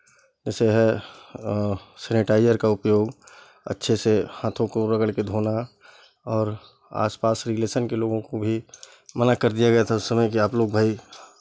जैसे है सेनिटाइज़र का उपयोग अच्छे से हाथों को रगड़ के धोना और आसपास रिलेशन के लोगों को भी मना कर दिया गया था उस समय कि आपलोग भाई